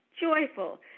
Joyful